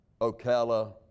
Ocala